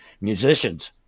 musicians